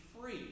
free